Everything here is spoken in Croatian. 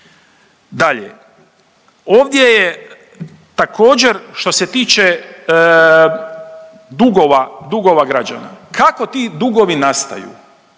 Dalje, ovdje je također što se tiče dugova, dugova građana. Kako ti dugovi nastaju,